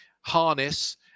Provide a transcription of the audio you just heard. harness